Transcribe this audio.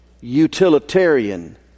Utilitarian